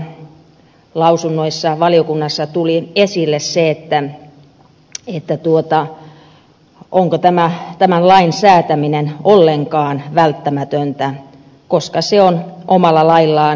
muutenkin asiantuntijalausunnoissa valiokunnassa tuli esille se onko tämän lain säätäminen ollenkaan välttämätöntä koska se on omalla laillaan ongelmallinen